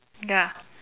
ya